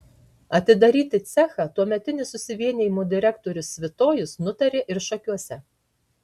atidaryti cechą tuometinis susivienijimo direktorius svitojus nutarė ir šakiuose